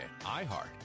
iHeart